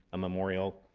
a memorial,